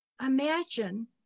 Imagine